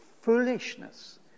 foolishness